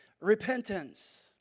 repentance